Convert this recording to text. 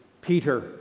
Peter